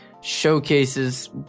showcases